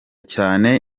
cyane